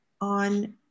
on